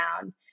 down